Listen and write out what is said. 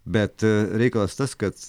bet reikalas tas kad